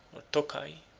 or tokay.